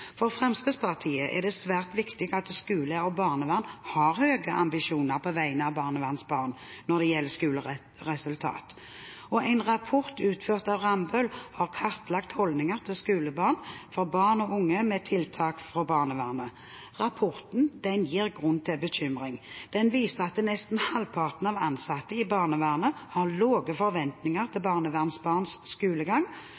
For Fremskrittspartiet er det svært viktig at skole og barnevern har høye ambisjoner på vegne av barnevernsbarn når det gjelder skoleresultat. En rapport utført av Rambøll har kartlagt holdninger til skolegang for barn og unge med tiltak fra barnevernet. Rapporten gir grunn til bekymring. Den viser at nesten halvparten av ansatte i barnevernet har lave forventninger til barnevernsbarns skolegang,